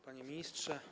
Panie Ministrze!